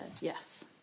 yes